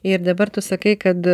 ir dabar tu sakai kad